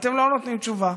ואתם לא נותנים תשובה,